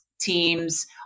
teams